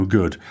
Good